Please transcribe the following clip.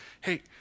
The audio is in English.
hey